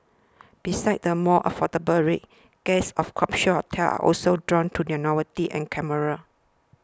besides the more affordable rates guests of capsule hotels are also drawn to their novelty and camera